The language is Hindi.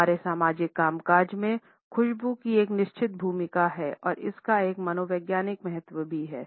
हमारे सामाजिक कामकाज में खुशबू की एक निश्चित भूमिका है और इसका एक मनोवैज्ञानिक महत्व भी है